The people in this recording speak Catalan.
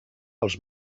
els